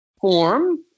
form